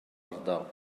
ardal